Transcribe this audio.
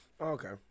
Okay